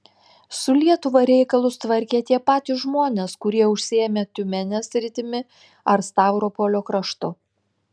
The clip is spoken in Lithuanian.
su lietuva reikalus tvarkė tie patys žmonės kurie užsiėmė tiumenės sritimi ar stavropolio kraštu